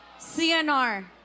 Cnr